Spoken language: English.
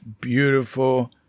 beautiful